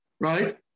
right